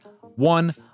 One